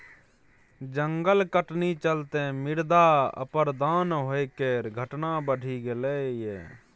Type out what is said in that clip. जंगल कटनी चलते मृदा अपरदन होइ केर घटना बढ़ि गेलइ यै